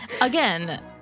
Again